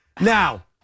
Now